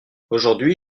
aujourd’hui